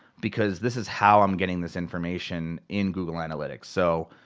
because this is how i'm getting this information in google analytics. so,